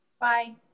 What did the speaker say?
Bye